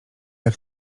jak